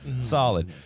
solid